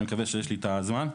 אני מקווה שיש לי את הזמן.